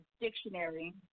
Dictionary